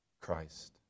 Christ